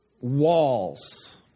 walls